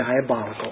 diabolical